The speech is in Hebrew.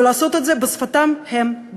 ולעשות את זה בשפתם הם,